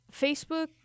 Facebook